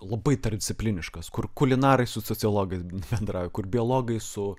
labai tarpdiscipliniškas kur kulinarai su sociologais bendrauja kur biologai su